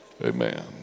Amen